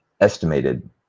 estimated